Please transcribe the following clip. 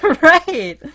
Right